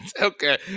Okay